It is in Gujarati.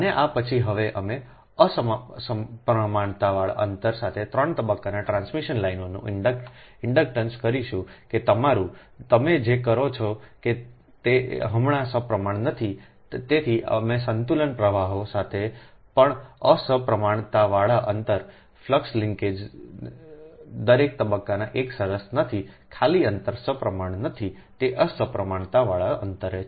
અને આ પછી હવે અમે અસમપ્રમાણતાવાળા અંતર સાથે 3 તબક્કા ટ્રાન્સમિશન લાઇનોનો ઇન્ડક્ટન્સ કરીશું કે તમારુંતમે જે કરો છો કે તે હમણાં સપ્રમાણ નથી તેથી અમે સંતુલન પ્રવાહો સાથે પણ અસમપ્રમાણતાવાળા અંતર ફ્લક્સ લિંક્સેસ દરેક તબક્કાનો એક સરસ નથી ખાલી અંતર સપ્રમાણ નથી તે અસમપ્રમાણતાવાળા અંતર છે